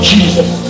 Jesus